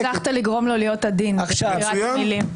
הנה, הצלחת לגרום לו להיות עדין בבחירת מילים.